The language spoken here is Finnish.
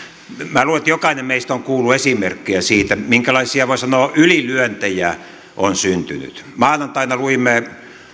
minä luulen että jokainen meistä on kuullut esimerkkejä siitä minkälaisia voi sanoa ylilyöntejä on syntynyt maanantaina luimme